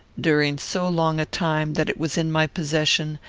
during so long a time that it was in my possession,